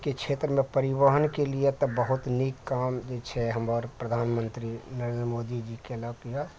के क्षेत्रमे परिवहनके लिए तऽ बहुत नीक काम जे छै हमर प्रधानमन्त्री नरेन्द्र मोदी जी कयलक यऽ